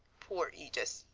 poor edith,